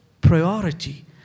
priority